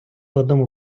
одному